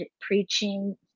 preaching